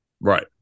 Right